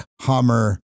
hummer